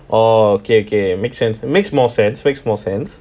orh okay okay makes sense makes more sense makes more sense